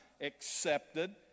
accepted